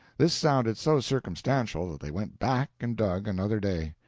this sounded so circumstantial that they went back and dug another day.